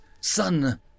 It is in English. sun